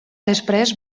després